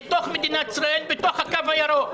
לתוך מדינת ישראל, בתוך הקו הירוק.